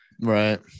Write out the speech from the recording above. right